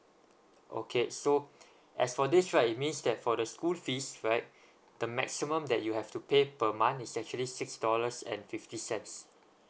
okay so as for this right it means that for the school fees right the maximum that you have to pay per month is actually six dollars and fifty cents